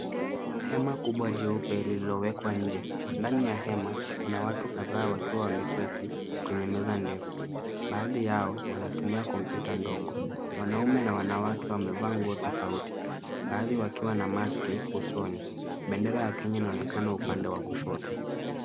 Hema kubwa jeupe lililowekwa nje. Ndani ya hema kuna watu kadhaa wakiwa wameketi kwenye meza ndefu. Baadhi yao wanatumia kompyuta ndogo. Wanaume na wanawake wamevaa nguo tofauti baadhi wakiwa na maski usoni. Bendera ya Kenya inaonekana upande wa kushoto.